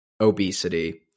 obesity